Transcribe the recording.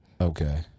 Okay